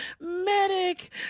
Medic